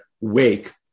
wake